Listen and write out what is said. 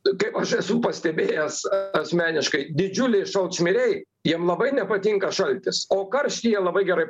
taip aš esu pastebėjęs asmeniškai didžiuliai šalčmiriai jiem labai nepatinka šaltis o karštį jie labai gerai